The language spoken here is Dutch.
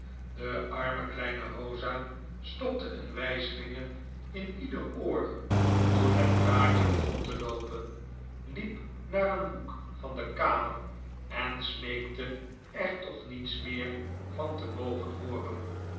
de arme kleine rosa stopte een wijsyinger in ieder oor toen het praatje begon te loopen liep naar een hoek van de kamer en smeekte er toch niets meer van te mogen hooren